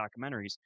documentaries